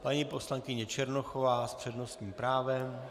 Paní poslankyně Černochová s přednostním právem.